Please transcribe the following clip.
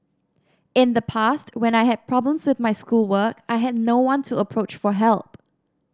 in the past when I had problems with my schoolwork I had no one to approach for help